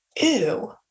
ew